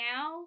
Now